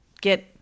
get